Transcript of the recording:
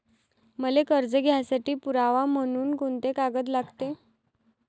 मले कर्ज घ्यासाठी पुरावा म्हनून कुंते कागद लागते?